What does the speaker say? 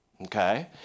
Okay